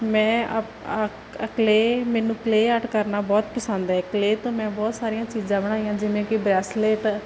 ਮੈਂ ਕਲੇਅ ਮੈਨੂੰ clay art ਕਰਨਾ ਬਹੁਤ ਪਸੰਦ ਐ ਕਲੇਅ ਤੋਂ ਮੈਂ ਬਹੁਤ ਸਾਰੀਆਂ ਚੀਜ਼ਾਂ ਬਣਾਈਆਂ ਜਿਵੇਂ ਕੀ ਬਰੈਸਲੇਟ